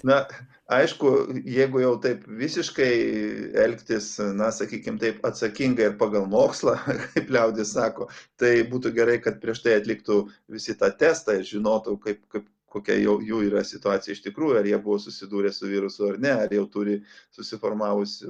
na aišku jeigu jau taip visiškai elgtis na sakykim taip atsakingai ir pagal mokslą kaip liaudis sako tai būtų gerai kad prieš tai atliktų visi tą testą žinotų kaip kaip kokia jau jų yra situacija iš tikrųjų ar jie buvo susidūrę su virusu ar ne ar jau turi susiformavusį